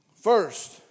First